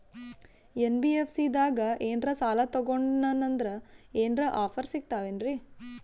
NBFC ದಾಗ ಏನ್ರ ಸಾಲ ತೊಗೊಂಡ್ನಂದರ ಏನರ ಆಫರ್ ಸಿಗ್ತಾವೇನ್ರಿ?